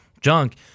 junk